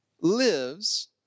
lives